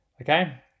Okay